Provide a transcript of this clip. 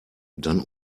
dann